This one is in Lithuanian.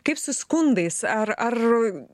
kaip su skundais ar ar